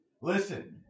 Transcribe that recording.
Listen